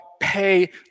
pay